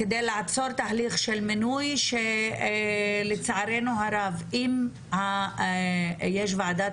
כדי לעצור תהליך של מינוי שלצערנו הרב אם יש ועדת